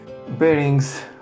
Bearings